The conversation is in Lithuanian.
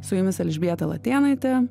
su jumis elžbieta latėnaitė